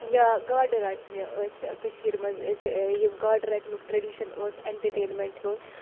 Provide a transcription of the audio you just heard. یا گاڈٕ رَٹنہِ ٲسۍ کٔشیٖر مَنٛز أسۍ یِم گاڈٕ رَٹنُک ٹرٛیڈِشَن اوس اٮ۪نٹَرٹینمٮ۪نٛٹ ہُنٛد